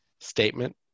Statement